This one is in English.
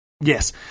yes